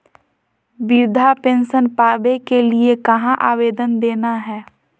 वृद्धा पेंसन पावे के लिए कहा आवेदन देना है?